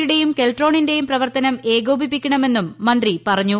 യുടെയും കെൽട്രോണിന്റെയും പ്രവർത്തനം ഏകോപിപ്പിക്കണമെന്നും മന്ത്രി പറഞ്ഞു